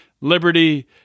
liberty